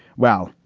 well,